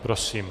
Prosím.